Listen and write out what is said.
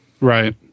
Right